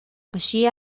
aschia